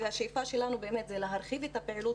והשאיפה שלנו זה באמת להרחיב את הפעילות,